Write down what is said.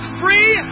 free